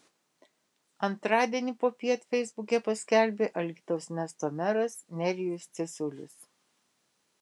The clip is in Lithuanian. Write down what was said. antradienį popiet feisbuke paskelbė alytaus miesto meras nerijus cesiulis